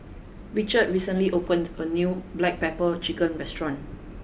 Richard recently opened a new black pepper chicken restaurant